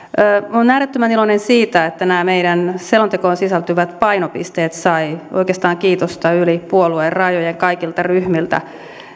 olen äärettömän iloinen siitä että nämä meidän selontekoomme sisältyvät painopisteet saivat oikeastaan kiitosta yli puoluerajojen kaikilta ryhmiltä